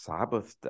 Sabbath